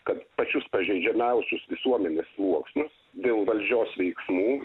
kad pačius pažeidžiamiausius visuomenės sluoksnius dėl valdžios veiksmų